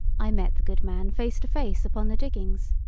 i met the good man face to face upon the diggings.